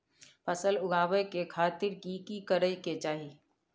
फसल उगाबै के खातिर की की करै के चाही?